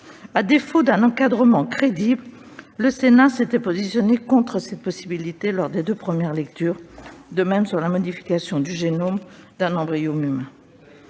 À défaut d'encadrement crédible, le Sénat s'était positionné contre cette possibilité lors des deux premières lectures, de même qu'il s'était opposé à la modification du génome d'un embryon humain.